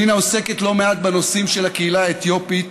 פנינה עוסקת לא מעט בנושאים של הקהילה האתיופית,